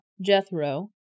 Jethro